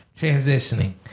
transitioning